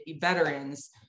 veterans